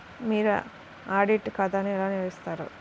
మీరు ఆడిట్ ఖాతాను ఎలా నిర్వహిస్తారు?